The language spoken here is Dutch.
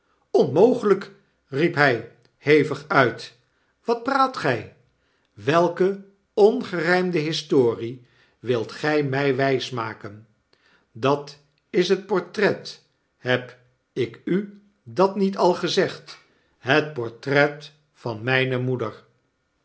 onmogelyk riep hij hevig uit watpraatgij welkeongerymde'historie wilt gy my wysmaken dat is het portret heb ik u dat niet al gezegd het portret van myne moeder